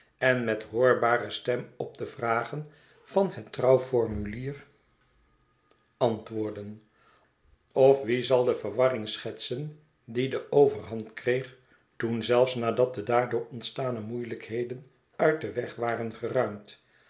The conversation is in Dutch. en met bare stem op de vragen van het trouwformulier antwoordden of wie zal de ver warring schetsen die de overhand kreeg toen zelfs nadat de daardoor ontstane moeieltjkheden uit den weg waren